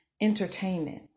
entertainment